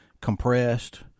compressed